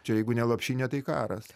čia jeigu ne lopšinė tai karas